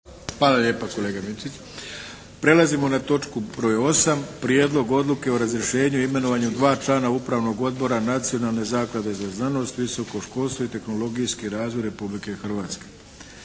**Arlović, Mato (SDP)** Prelazimo na točku broj 8. –- Prijedlog odluke o razrješenju i imenovanju dva člana Upravnog odbora Nacionalne zaklade za znanost, visoko školstvo i tehnologijski razvoj Republike Hrvatske